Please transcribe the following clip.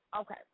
Okay